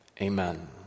Amen